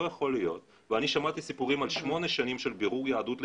אני שמעתי סיפורים על שמונה שנים של בירור יהדות לילדים,